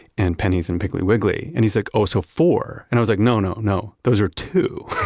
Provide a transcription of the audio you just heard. and pennies and piggly wiggly. and he said, oh, so four. and i was like, no, no, no. those are two.